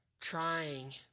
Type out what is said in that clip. trying